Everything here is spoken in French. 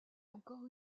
encore